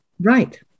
Right